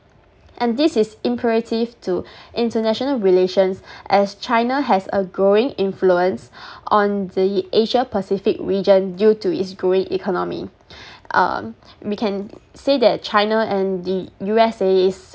and this is imperative to international relations as china has a growing influence on the asia pacific region due to its growing economy um we can say that china and the U_S_A's